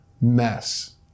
Mess